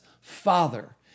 Father